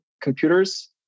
computers